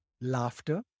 laughter